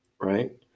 right